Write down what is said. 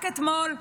רק אתמול,